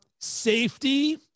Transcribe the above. safety